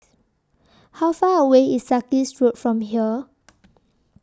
How Far away IS Sarkies Road from here